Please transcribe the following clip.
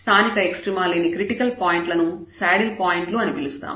స్థానిక ఎక్స్ట్రీమ లేని క్రిటికల్ పాయింట్లను శాడిల్ పాయింట్లు అని పిలుస్తాము